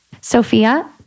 Sophia